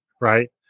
right